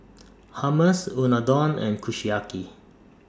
Hummus Unadon and Kushiyaki